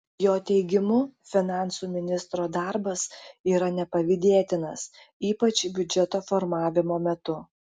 jo teigimu finansų ministro darbas yra nepavydėtinas ypač biudžeto formavimo metu